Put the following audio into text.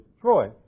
Troy